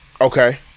Okay